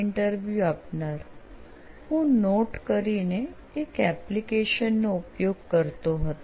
interview આપનાર હું note કરીને એક એપ્લિકેશનનો ઉપયોગ કરતો હતો